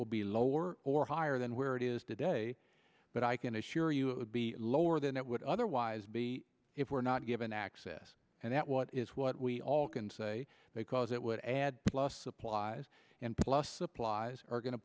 will be lower or higher than where it is today but i can assure you it would be lower than it would otherwise be if we're not given access and that what is what we all can say because it would add plus supplies and plus supplies are going to